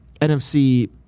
NFC